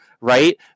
right